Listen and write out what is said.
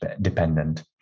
dependent